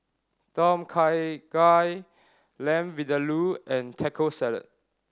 Tom Kha Gai Lamb Vindaloo and Taco Salad